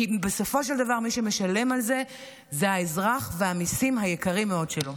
כי בסופו של דבר מי שמשלם על זה זה האזרח והמיסים היקרים מאוד שלו.